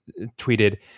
tweeted